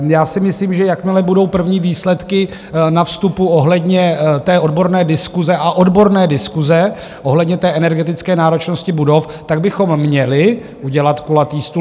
Já si myslím, že jakmile budou první výsledky na vstupu ohledně té odborné diskuse a odborné diskuse ohledně energetické náročnosti budov, tak bychom měli udělat kulatý stůl.